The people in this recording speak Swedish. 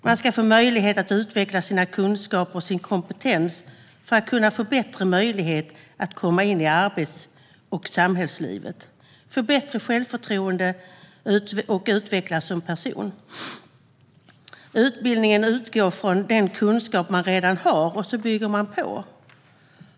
Man ska få möjlighet att utveckla sina kunskaper och sin kompetens för att kunna få bättre möjlighet att komma in i arbets och samhällslivet, få bättre självförtroende och utvecklas som person. Utbildningen utgår från den kunskap man redan har, och så bygger man på.